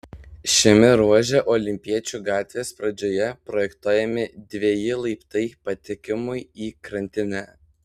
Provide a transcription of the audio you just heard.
šiame ruože olimpiečių gatvės pradžioje projektuojami dveji laiptai patekimui į krantinę